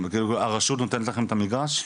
הרשות נותנת לכם את המגרש?